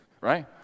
right